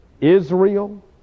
Israel